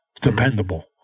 dependable